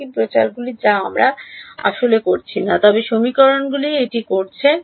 বাকি প্রচারগুলি যা আমরা আসলে করছি না তবে সমীকরণগুলি এটি করছে